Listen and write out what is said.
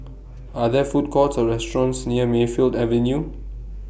Are There Food Courts Or restaurants near Mayfield Avenue